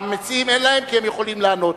המציעים, אין להם כי הם יכולים לענות.